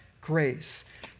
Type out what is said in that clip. grace